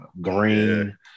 green